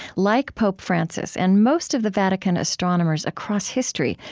like pope francis and most of the vatican astronomers across history,